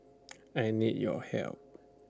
I need your help